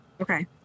Okay